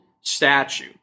statue